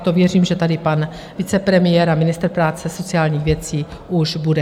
To věřím, že tady pan vicepremiér a ministr práce a sociálních věcí už bude.